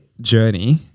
journey